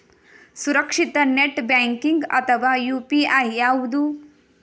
ಸುರಕ್ಷಿತ net banking ಅಥವಾ UPI ಯಾವುದು?